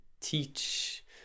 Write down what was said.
teach